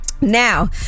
Now